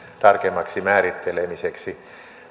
tarkemmaksi määrittelemiseksi